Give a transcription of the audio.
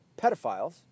pedophiles